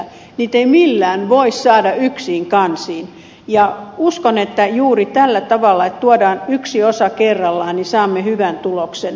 niitä ei millään voi saada yksiin kansiin ja uskon että juuri tällä tavalla että tuodaan yksi osa kerrallaan saamme hyvän tuloksen